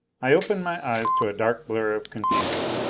i opened my eyes to a dark blur of confusion.